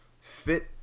fit